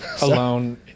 Alone